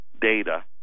data